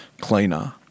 cleaner